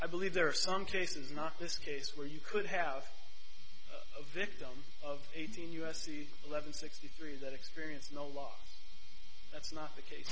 i believe there are some cases not this case where you could have a victim of eighteen u s c eleven sixty three that experience no loss that's not the case